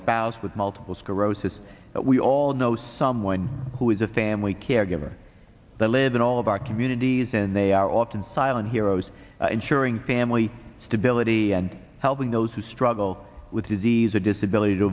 spouse with multiple sclerosis but we all know someone who has a family caregiver live in all of our communities and they are often silent heroes ensuring family stability and helping those who struggle with disease or disability to